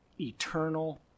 eternal